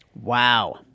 Wow